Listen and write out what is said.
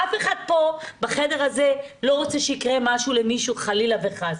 אף אחד פה בחדר הזה לא רוצה שיקרה משהו למישהו חלילה וחס.